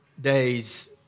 days